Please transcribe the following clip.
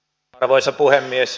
arvoisa puhemies